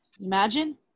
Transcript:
Imagine